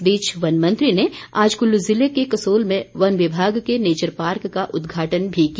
इस बीच वन मंत्री ने आज कुल्लू जिले के कसोल में वन विभाग के नेचरपार्क का उद्घाटन भी किया